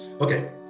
okay